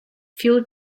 fueled